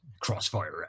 Crossfire